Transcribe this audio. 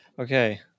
Okay